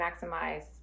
maximize